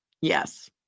Yes